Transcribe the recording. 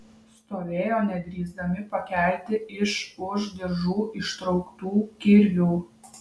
stovėjo nedrįsdami pakelti iš už diržų ištrauktų kirvių